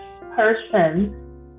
person